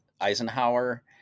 Eisenhower